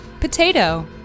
potato